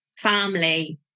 family